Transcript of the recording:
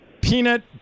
peanut